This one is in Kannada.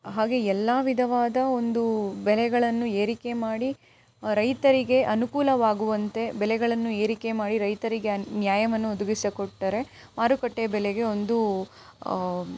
ಹಾಗೇ ಎಲ್ಲ ವಿಧವಾದ ಒಂದು ಬೆಲೆಗಳನ್ನು ಏರಿಕೆ ಮಾಡಿ ರೈತರಿಗೆ ಅನುಕೂಲವಾಗುವಂತೆ ಬೆಲೆಗಳನ್ನು ಏರಿಕೆ ಮಾಡಿ ರೈತರಿಗೆ ಅನ್ನು ನ್ಯಾಯವನ್ನು ಒದಗಿಸಿಕೊಡ್ತರೆ ಮಾರುಕಟ್ಟೆ ಬೆಲೆಗೆ ಒಂದು